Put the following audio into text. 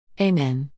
Amen